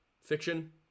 fiction